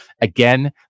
again